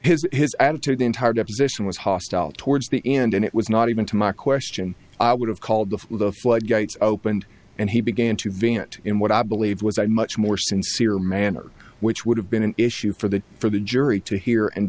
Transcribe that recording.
his attitude entire deposition was hostile towards the end and it was not even to my question i would have called the floodgates opened and he began to vent in what i believe was a much more sincere manner which would have been an issue for the for the jury to hear and